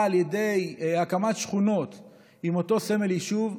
על ידי הקמת שכונות עם אותו סמל יישוב,